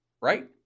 right